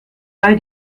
bei